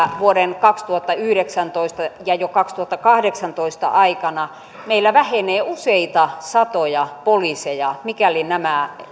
vuoden kaksituhattayhdeksäntoista ja jo vuoden kaksituhattakahdeksantoista aikana meillä vähenee useita satoja poliiseja mikäli nämä